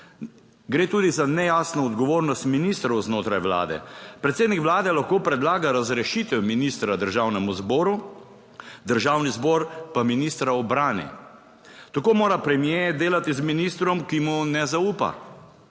Gre tudi za nejasno odgovornost ministrov znotraj vlade. Predsednik vlade lahko predlaga razrešitev ministra Državnemu zboru, Državni zbor pa ministra ubrani. Tako mora premier delati z ministrom, ki 2.